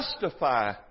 justify